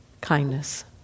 Kindness